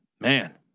man